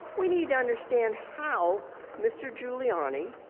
we need to understand how mr. giuliani,